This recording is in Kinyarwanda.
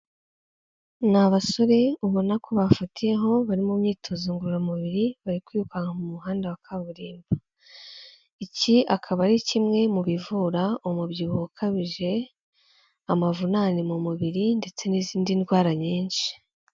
Ni abasore ubona ko bafatiyeho bari mu myitozo ngororamubiri bari kwirukanka muhanda wa kaburimbo. Iki akaba ari kimwe mu bivura umubyibuho ukabije, amavunane mu mubiri ndetse n'izindi ndwara nyinshi.